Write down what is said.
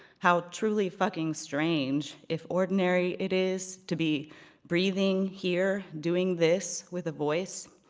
how truly fucking strange if ordinary it is to be breathing here, doing this with a voice?